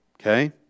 Okay